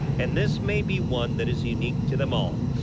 and this may be one that is unique to them all.